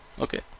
okay